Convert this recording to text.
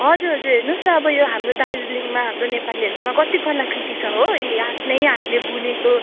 हजुर हजुर हेर्नुहोस् न अब यो हाम्रो दार्जिलिङमा हाम्रो नेपालीहरूकोमा कति कला कृति छ हो यी आफ्नै हातले बुनेको